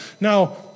Now